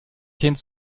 kind